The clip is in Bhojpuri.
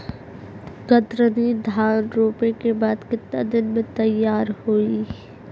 कतरनी धान रोपे के बाद कितना दिन में तैयार होई?